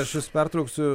aš jus pertrauksiu